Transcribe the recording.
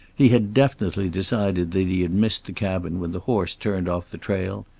he had definitely decided that he had missed the cabin when the horse turned off the trail,